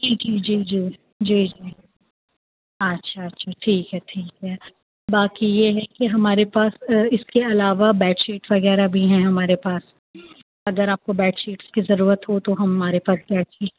جی جی جی جی جی جی اچھا اچھا ٹھیک ہے ٹھیک ہے باقی یہ ہے کہ ہمارے پاس اس کے علاوہ بیڈ شیٹ وغیرہ بھی ہیں ہمارے پاس اگر آپ کو بیڈ شیٹس کی ضرورت ہو تو ہمارے پاس